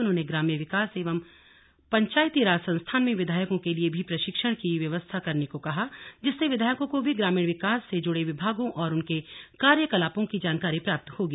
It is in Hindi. उन्होंने ग्राम्य विकास एवं पंचायती राज संस्थान में विधायकों के लिए भी प्रशिक्षण की व्यवस्था करने को कहा जिससे विधायकों को भी ग्रामीण विकास से जुड़े विभागों और उनके कार्यकलापों की जानकारी प्राप्त होंगी